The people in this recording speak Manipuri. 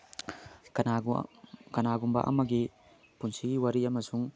ꯀꯅꯥꯒꯨꯝꯕ ꯀꯅꯥꯒꯨꯝꯕ ꯑꯃꯒꯤ ꯄꯨꯟꯁꯤꯒꯤ ꯋꯥꯔꯤ ꯑꯃꯁꯨꯡ